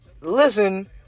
Listen